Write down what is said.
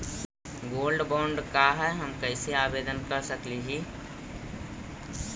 Gold bond का है, हम कैसे आवेदन कर सकली ही?